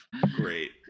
great